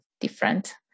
different